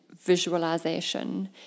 visualization